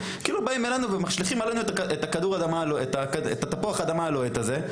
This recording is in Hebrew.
באים אלינו ומשליכים עלינו את התפוח אדמה הלוהט הזה,